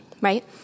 right